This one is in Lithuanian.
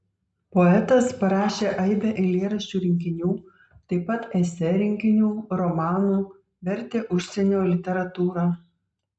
poetas parašė aibę eilėraščių rinkinių taip pat esė rinkinių romanų vertė užsienio literatūrą